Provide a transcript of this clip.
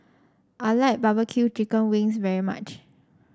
I like B B Q Chicken Wings very much